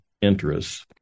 interests